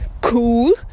cool